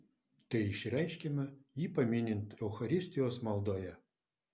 tai išreiškiama jį paminint eucharistijos maldoje